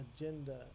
agenda